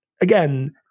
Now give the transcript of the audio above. Again